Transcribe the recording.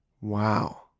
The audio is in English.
Wow